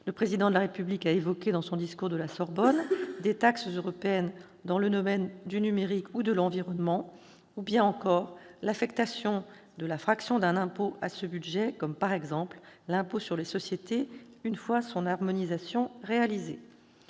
le Président de la République a évoqué dans son discours de la Sorbonne des taxes européennes dans le domaine du numérique ou de l'environnement, ou bien encore l'affectation de la fraction d'un impôt à ce budget, par exemple l'impôt sur les sociétés, une fois son harmonisation réalisée.